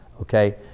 okay